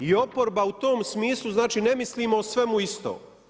I oporba u tom smislu znači ne mislimo svemu isto.